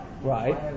Right